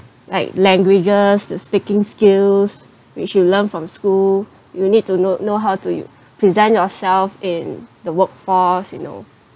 like languages to speaking skills which you learn from school you need to know know how to you present yourself in the workforce you know